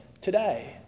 today